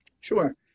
Sure